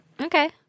Okay